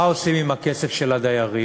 מה עושים עם הכסף של הדיירים?